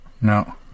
no